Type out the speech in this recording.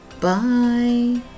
bye